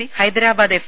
C Hyderabad F